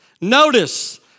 notice